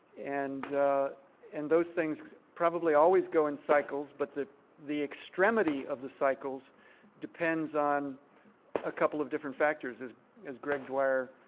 and and those things probably always go in cycles. but the the extremity of the cycles depends on a couple of different factors, as as greg dwyer